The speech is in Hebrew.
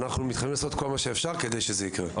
אנחנו מתחייבים לעשות כל מה שאפשר כדי שזה יקרה.